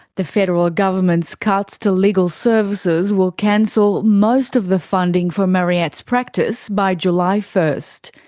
the federal government's cuts to legal services will cancel most of the funding for mariette's practice by july first.